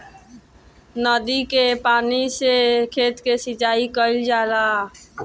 नदी के पानी से खेत के सिंचाई कईल जाला